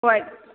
ꯍꯣꯏ